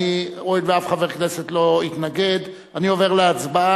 הואיל ואף חבר כנסת לא התנגד, אני עובר להצבעה.